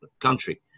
country